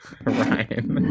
Ryan